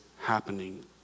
happening